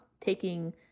taking